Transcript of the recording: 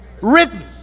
written